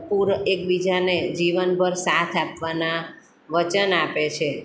પૂર એકબીજાને જીવનભર સાથ આપવાનાં વચન આપે છે